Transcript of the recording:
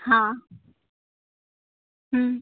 हां